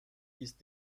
ist